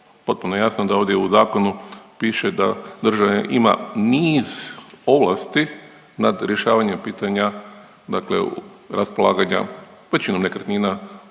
Potpuno je jasno da ovdje u zakonu piše da država ima niz ovlasti nad rješavanjem pitanja, dakle raspolaganja većinom nekretnina